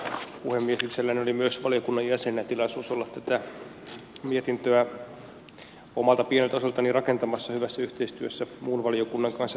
itselläni oli myös valiokunnan jäsenenä tilaisuus olla tätä mietintöä omalta pieneltä osaltani rakentamassa hyvässä yhteistyössä muun valiokunnan kanssa tietenkin